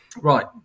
Right